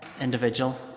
individual